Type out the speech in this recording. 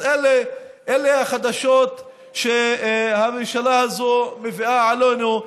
אז אלה החדשות שהממשלה הזו מביאה לנו,